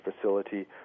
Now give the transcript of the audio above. facility